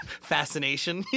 fascination